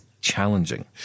challenging